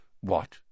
What